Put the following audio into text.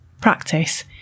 practice